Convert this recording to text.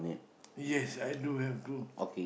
yes I do have two